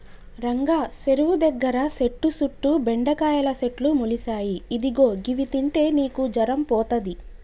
రంగా సెరువు దగ్గర సెట్టు సుట్టు బెండకాయల సెట్లు మొలిసాయి ఇదిగో గివి తింటే నీకు జరం పోతది